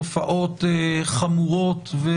כמו גם על תופעות אחרות של